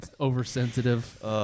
oversensitive